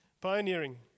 Pioneering